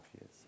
years